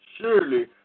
Surely